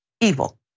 evil